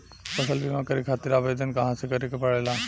फसल बीमा करे खातिर आवेदन कहाँसे करे के पड़ेला?